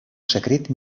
secret